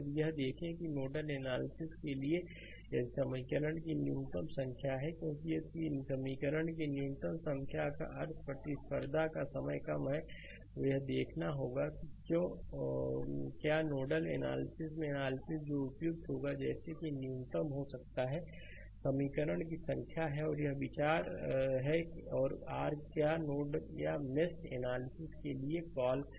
यदि यह देखें कि नोडल एनालिसिस के लिए यदि समीकरण की न्यूनतम संख्या है क्योंकि यदि समीकरण की न्यूनतम संख्या का अर्थ है आर प्रतिस्पर्धा का समय कम है तो यह देखना होगा कि क्यों नोडल एनालिसिस या एनालिसिस जो कि उपयुक्त होगा जैसे कि न्यूनतम हो सकता है समीकरण की संख्या है कि यह विचार है कि आर के लिए क्या नोड या मेश एनालिसिस के लिए कॉल है